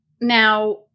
Now